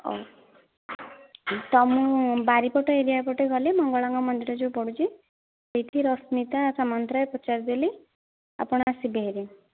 ହଉ ତ ମୁଁ ବାଡ଼ି ପଟ ଏରିଆ ପଟେ ଗଲେ ମଙ୍ଗଳାଙ୍କ ମନ୍ଦିର ଯେଉଁ ପଡ଼ୁଛି ସେହିଠି ରଶ୍ମିତା ସାମନ୍ତରାୟ ପଚାରି ଦେଲି ଆପଣ ଆସିବେ ହେରି